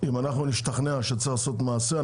אם אנחנו נשתכנע שצריך לעשות מעשה,